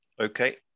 Okay